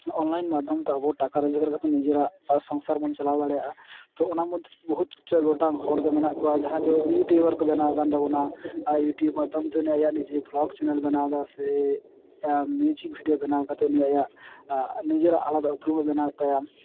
online ᱢᱟᱫᱽᱫᱷᱚᱢᱛᱮ ᱟᱵᱚ ᱴᱟᱠᱟ ᱨᱳᱡᱽᱜᱟᱨ ᱠᱟᱛᱮ ᱱᱤᱡᱮᱨᱟᱜ ᱥᱚᱝᱥᱟᱨᱵᱚᱱ ᱪᱟᱞᱟᱣ ᱫᱟᱲᱮᱭᱟᱜᱼᱟ ᱛᱚ ᱚᱱᱟ ᱢᱚᱫᱽᱫᱷᱮᱨᱮ ᱵᱚᱦᱩᱛ ᱜᱚᱴᱟᱝ ᱦᱚᱲᱫᱚ ᱢᱮᱱᱟᱜ ᱠᱚᱣᱟ ᱦᱚᱲᱠᱚ ᱢᱮᱱᱟᱜ ᱠᱚᱣᱟ ᱡᱟᱦᱟᱸᱭᱫᱚ ᱤᱭᱩᱴᱤᱭᱩᱵᱟᱨ ᱠᱚ ᱵᱮᱱᱟᱣ ᱟᱠᱟᱱ ᱛᱟᱵᱚᱱᱟ ᱤᱭᱩᱴᱩᱵᱽ ᱢᱟᱫᱽᱫᱷᱚᱢᱛᱮ ᱩᱱᱤ ᱟᱭᱟᱜ ᱱᱤᱡᱮ ᱯᱷᱞᱚᱠ ᱪᱮᱱᱮᱞᱼᱮ ᱵᱮᱱᱟᱣᱫᱟ ᱥᱮ ᱱᱤᱡᱽ ᱵᱷᱤᱰᱤᱭᱳ ᱵᱷᱮᱱᱟᱣ ᱠᱟᱛᱮ ᱩᱱᱤ ᱟᱭᱟᱜ ᱱᱤᱡᱮᱨᱟᱜ ᱟᱞᱟᱫᱟ ᱩᱯᱨᱩᱢᱮ ᱵᱮᱱᱟᱣᱮᱫ ᱛᱟᱭᱟ